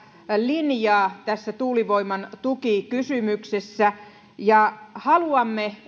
linjaa tässä tuulivoiman tukikysymyksessä haluamme